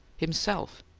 himself,